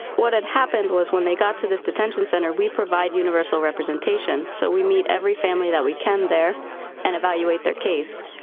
what had happened was when they got to this detention center, we provide universal representation. so we meet every family that we can there and evaluate their case.